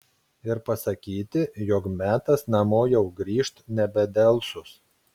ir pasakyti jog metas namo jau grįžt nebedelsus